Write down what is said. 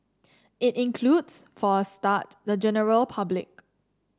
it includes for a start the general public